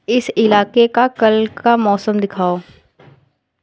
इस इलाके का कल का मौसम दिखाओ